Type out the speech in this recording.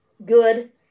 Good